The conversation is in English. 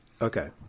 Okay